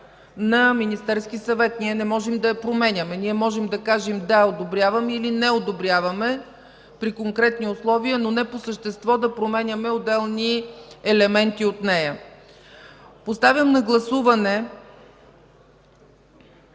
на Министерския съвет. Ние не можем да я променяме. Ние можем да кажем: „Да, одобряваме” или „Не одобряваме” при конкретни условия, но не по същество да променяме отделни елементи от нея. Поставям на гласуване